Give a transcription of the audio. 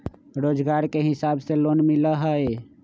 रोजगार के हिसाब से लोन मिलहई?